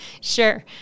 Sure